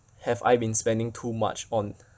have I been spending too much on